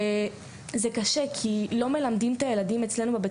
זה קשה כי לא מלמדים את הילדים אצלנו בבית